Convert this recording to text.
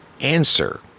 answer